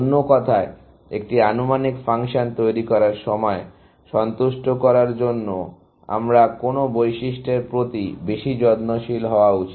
অন্য কথায় একটি আনুমানিক ফাংশন তৈরি করার সময় সন্তুষ্ট করার জন্য আমার কোন বৈশিষ্ট্যর প্রতি বেশি যত্নশীল হওয়া উচিত